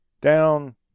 down